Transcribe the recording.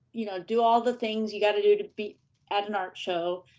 you know do all the things you gotta do to be at an art show,